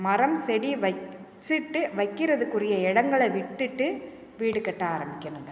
மரம் செடி வச்சிட்டு வைக்கறதுக்குரிய இடங்கள விட்டுட்டு வீடு கட்ட ஆரம்பிக்கணுங்க